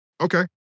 Okay